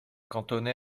cantonné